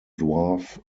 dwarf